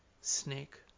Snake